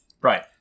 Right